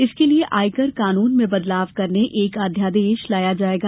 इसके लिए आयकर कानून में बदलाव करने एक अध्यादेश लाया जायेगा